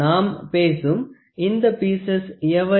நாம் பேசும் இந்த பீஸஸ் எவை